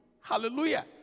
Hallelujah